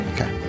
Okay